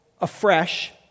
afresh